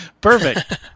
Perfect